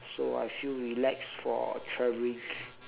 so I feel relaxed for traveling